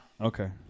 okay